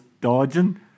dodging